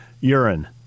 Urine